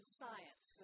science